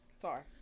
Sorry